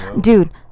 Dude